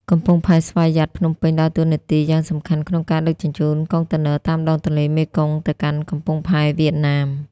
កំពង់ផែស្វយ័តភ្នំពេញ ដើរតួនាទីយ៉ាងសំខាន់ក្នុងការដឹកជញ្ជូនកុងតឺន័រតាមដងទន្លេមេគង្គទៅកាន់កំពង់ផែវៀតណាម។